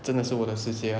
真的是我的世界 ah